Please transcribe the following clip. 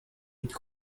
vite